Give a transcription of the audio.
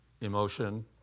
emotion